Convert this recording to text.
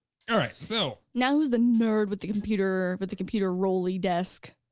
all right, so. now who's the nerd with the computer but the computer rolly desk?